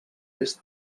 est